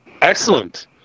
Excellent